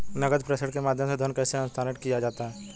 नकद प्रेषण के माध्यम से धन कैसे स्थानांतरित किया जाता है?